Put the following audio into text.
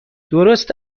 درست